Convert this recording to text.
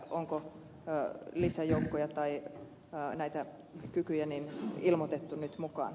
onko lisäjoukkoja tai näitä kykyjä ilmoitettu nyt mukaan